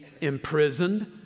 imprisoned